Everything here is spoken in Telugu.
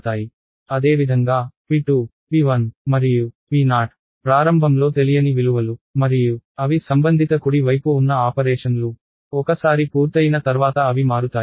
అదేవిధంగా p2 p1 మరియు p0 ప్రారంభంలో తెలియని విలువలు మరియు అవి సంబంధిత కుడి వైపు ఉన్న ఆపరేషన్లు ఒకసారి పూర్తయిన తర్వాత అవి మారుతాయి